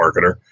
marketer